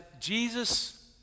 Jesus